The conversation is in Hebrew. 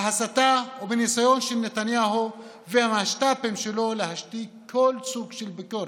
בהסתה ובניסיון של נתניהו והמשת"פים שלו להשתיק כל סוג של ביקורת.